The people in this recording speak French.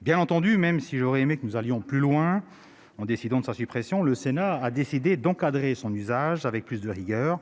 bien ! Même si j'aurais aimé que nous allions plus loin en décidant de sa suppression, le Sénat a encadré son usage avec plus de rigueur.